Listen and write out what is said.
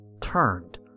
turned